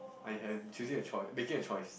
I am choosing a choice making a choice